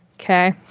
Okay